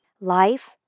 Life